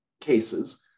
cases